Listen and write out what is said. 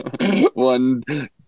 one